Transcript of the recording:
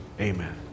amen